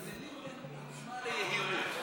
מתבלבלים בין עוצמה ליהירות.